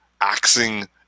axing